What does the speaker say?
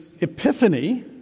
epiphany